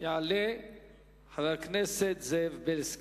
יעלה חבר הכנסת זאב בילסקי.